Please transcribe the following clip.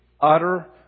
utter